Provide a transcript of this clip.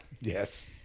yes